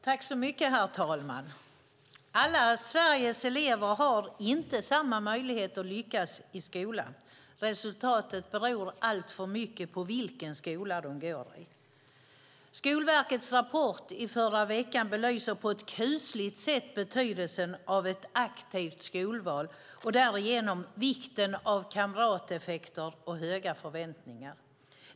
Herr talman! Alla Sveriges elever har inte samma möjlighet att lyckas i skolan. Resultatet beror alltför mycket på vilken skola de går i. Skolverkets rapport i förra veckan belyser på ett kusligt sätt betydelsen av ett aktivt skolval och därigenom vikten av kamrateffekter och höga förväntningar.